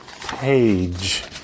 page